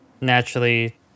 naturally